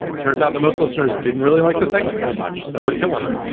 turns out the most listeners didn't really like the segments that much, so we're killing them.